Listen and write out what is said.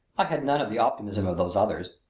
i had none of the optimism of those others.